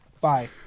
Bye